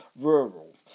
rural